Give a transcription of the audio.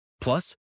Plus